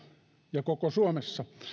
ja koko suomessa